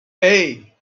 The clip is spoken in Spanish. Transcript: hey